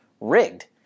rigged